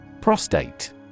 Prostate